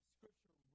Scripture